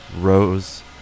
Rose